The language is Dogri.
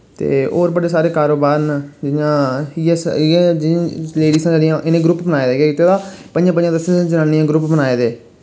ते और बड़े सारे कारोबार न जि'यां इ'यै स इ'यै जि'यां लेडियां न इ'नें ग्रुप बनाए दा केह् कीते दा प'ञें प'ञें दस्सें दस्सें जनानियें दे ग्रुप बनाए दे